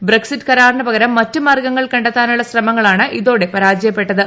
Brexit കരാറ്റിന്റ് ്പകരം മറ്റ് മാർഗങ്ങൾ കണ്ടെത്താനുള്ള ശ്രമങ്ങളാണ് ഇതോടെ പരാജയപ്പെട്ടത്